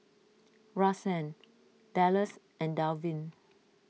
Rahsaan Dallas and Dalvin